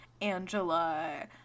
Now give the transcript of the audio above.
Angela